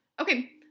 okay